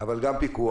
אבל גם פיקוח,